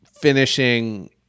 finishing